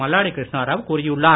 மல்லாடி கிருஷ்ணராவ் கூறியுள்ளார்